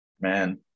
Man